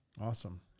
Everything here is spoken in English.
Awesome